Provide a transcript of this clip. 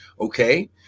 okay